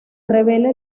revela